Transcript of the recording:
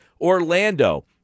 Orlando